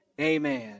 Amen